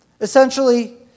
Essentially